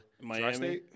Miami